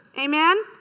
Amen